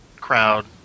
crowd